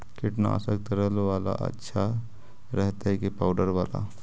कीटनाशक तरल बाला अच्छा रहतै कि पाउडर बाला?